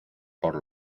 por